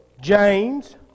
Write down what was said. James